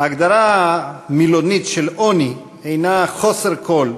ההגדרה המילונית של עוני היא: חוסר כול,